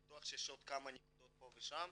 בטוח שיש עוד כמה נקודות פה ושם,